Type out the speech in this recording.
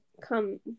come